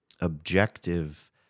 objective